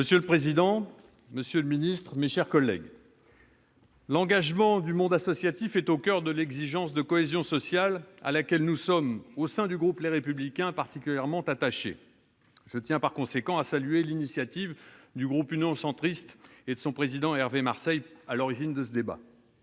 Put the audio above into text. Monsieur le président, monsieur le secrétaire d'État, mes chers collègues, l'engagement du monde associatif est au coeur de l'exigence de cohésion sociale, à laquelle le groupe Les Républicains est particulièrement attaché. Je tiens par conséquent à saluer l'initiative du groupe Union Centriste et de son président, Hervé Marseille, qui est à l'origine de ce débat.